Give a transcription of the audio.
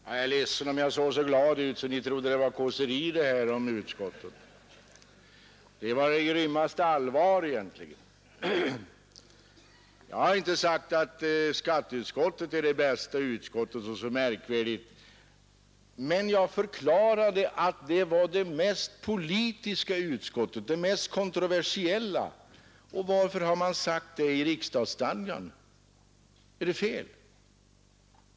Herr talman! Jag är ledsen om jag såg så glad ut att ni trodde att det var ett kåseri, det jag sade om utskottet; det var egentligen det grymmaste allvar. Jag har inte sagt att skatteutskottet var det bästa utskottet eller någonting så märkvärdigt, men jag förklarade att det var det mest politiska utskottet, det mest kontroversiella. Varför har man sagt det i riksdagsstadgan? Är det fel?